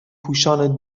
پوشان